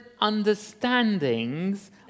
understandings